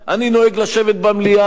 אני נוהג לשבת במליאה,